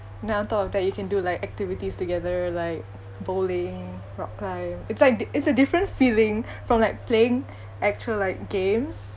and then on top of that you can do like activities together like bowling rock climb it's like d~ it's a different feeling from like playing actual like games